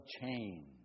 change